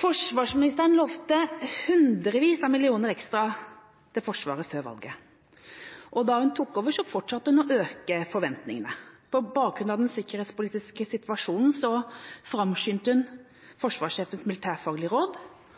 Forsvarsministeren lovte hundrevis av millioner ekstra til Forsvaret før valget, og da hun tok over, fortsatte hun å øke forventningene. På bakgrunn av den sikkerhetspolitiske situasjonen framskyndet hun